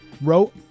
wrote